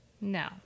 no